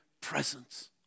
presence